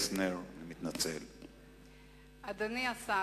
אדוני השר,